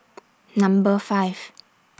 Number five